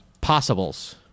possibles